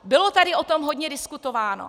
Bylo tady o tom hodně diskutováno.